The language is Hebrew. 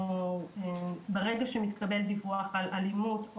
ברגע שמתקבל דיווח על אלימות,